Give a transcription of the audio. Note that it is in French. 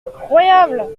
incroyable